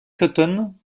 cotton